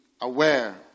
aware